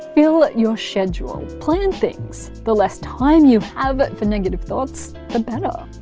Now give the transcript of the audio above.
fill your schedule plan things. the less time you have for negative thoughts, the better.